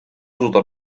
suudab